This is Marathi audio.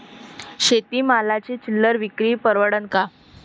शेती मालाची चिल्लर विक्री परवडन का?